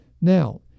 Now